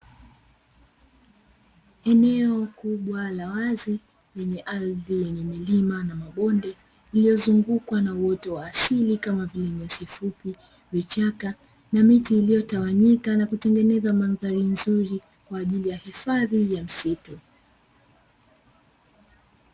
Eneo kubwa la wazi lenye ardhi yenye milima na mabonde, lililozungukwa na uoto wa asili kama vile: nyasi fupi, vichaka na miti iliyotawanyika na kutengeneza mandhari nzuri kwa ajili ya hifadhi ya msitu.